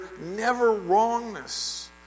never-wrongness